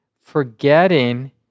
forgetting